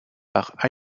par